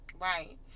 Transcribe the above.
right